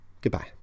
Goodbye